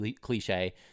cliche